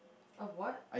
of what